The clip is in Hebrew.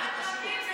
מה זה קשור?